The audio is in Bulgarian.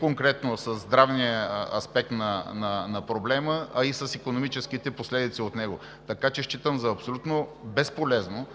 конкретно със здравния аспект на проблема, а и с икономическите последици от него. Така че считам за абсолютно безполезно